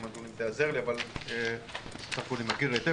גרוטו, בבקשה, תציגו את המצגת, בואו נפתח בנתונים.